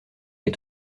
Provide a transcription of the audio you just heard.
est